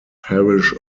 parish